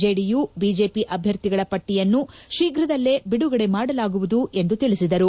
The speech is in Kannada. ಜೆಡಿಯು ಬಿಜೆಪಿ ಅಭ್ಯರ್ಥಿಗಳ ಪಟ್ಲಯನ್ನು ಶೀಘ್ರದಲ್ಲೇ ಬಿಡುಗಡೆ ಮಾಡಲಾಗುವುದೆಂದು ತಿಳಿಸಿದರು